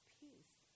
peace